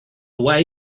way